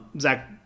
Zach